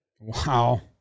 Wow